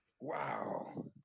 Wow